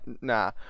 Nah